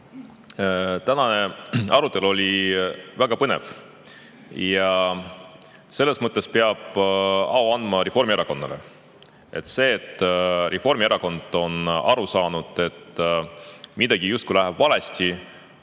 tänane arutelu oli väga põnev. Selles mõttes peab au andma Reformierakonnale. See, et Reformierakond on aru saanud, et midagi justkui läheb valesti,